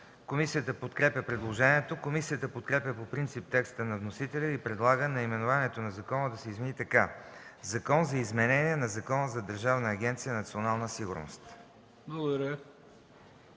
което е подкрепено от комисията. Комисията подкрепя по принцип текста на вносителя и предлага наименованието на закона да се измени така: „Закон за изменение на Закона за Държавна агенция „Национална сигурност”.